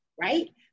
Right